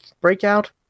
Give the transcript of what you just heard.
Breakout